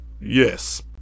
Yes